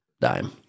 dime